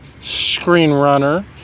screenrunner